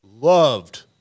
loved